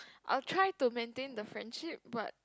I will try to maintain the friendship but